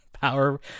power